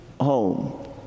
home